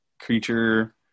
creature